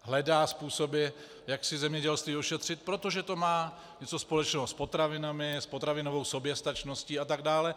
Hledá způsoby, jak si zemědělství ošetřit, protože to má něco společného s potravinami, s potravinovou soběstačností atd.